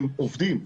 הם עובדים,